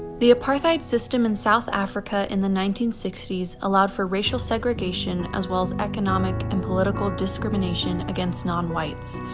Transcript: the apartheid system in south africa in the nineteen sixty s allowed for racial segregation, as well as economic and political discrimination against non-whites.